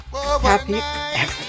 happy